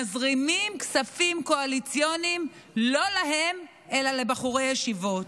מזרימים כספים קואליציוניים לא להם אלא לבחורי ישיבות?